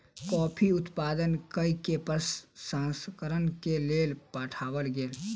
coffee उत्पादन कय के प्रसंस्करण के लेल पठाओल गेल